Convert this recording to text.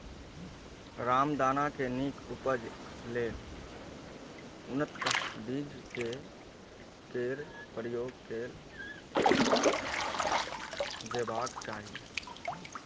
रामदाना के नीक उपज लेल उन्नत बीज केर प्रयोग कैल जेबाक चाही